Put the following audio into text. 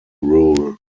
rule